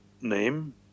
name